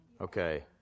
Okay